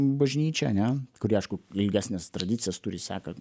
bažnyčia ane kuri aišku ilgesnes tradicijas turi seka